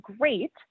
great